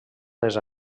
les